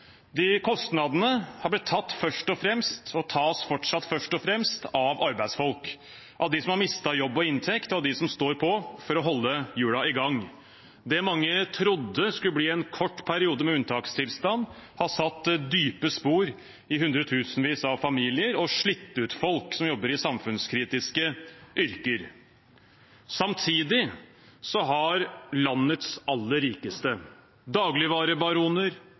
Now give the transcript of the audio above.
De kostnadene har først og fremst blitt tatt, og tas fortsatt først og fremst, av arbeidsfolk, av dem som har mistet jobb og inntekt, og av dem som står på for å holde hjulene i gang. Det mange trodde skulle bli en kort periode med unntakstilstand, har satt dype spor i hundretusenvis av familier og slitt ut folk som jobber i samfunnskritiske yrker. Samtidig har landets aller rikeste – dagligvarebaroner,